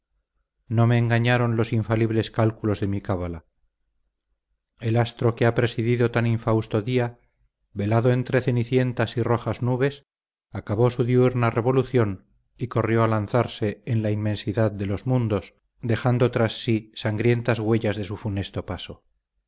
no me engañaron los infalibles cálculos de mi cábala el astro que ha presidido tan infausto día velado entre cenicientas y rojas nubes acabó su diurna revolución y corrió a lanzarse en la inmensidad de los mundos dejando tras sí sangrientas huellas de su funesto paso